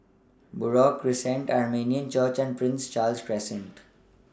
Buroh Crescent Armenian Church and Prince Charles Crescent